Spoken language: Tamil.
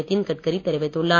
நிதின் கட்சகரி தெரிவித்துள்ளார்